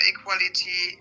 Equality